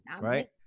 right